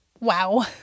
Wow